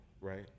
right